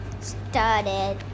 started